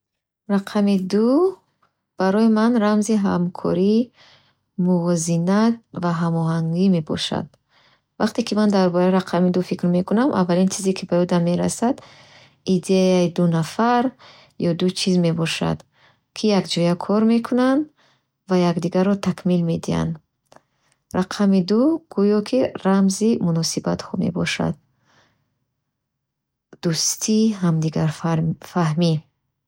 Рақами ду барои ман рамзи ҳамкорӣ, мувозинат ва ҳамоҳангӣ мебошад. Вақте ки ман дар бораи рақами ду фикр мекунам, аввалин чизе, ки ба ёдам мерасад идеяи ду нафар ё ду чизе мебошад, ки якҷоя кор мекунанд ва якдигарро такмил медиҳанд. Рақами ду гӯё ки рамзи муносибатҳо мебошад. Дӯстӣ ва ҳамдигарфаҳмӣ.